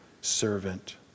servant